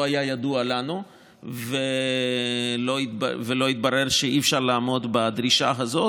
היה ידוע לנו ושלא יתברר שאי-אפשר לעמוד בדרישה הזאת,